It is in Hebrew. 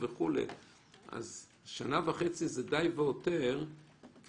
יש פה טופס מה הוא צריך לסמן.